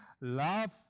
Love